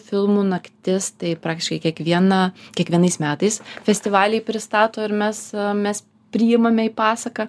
filmų naktis tai praktiškai kiekvieną kiekvienais metais festivaliai pristato ir mes mes priimame į pasaką